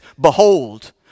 behold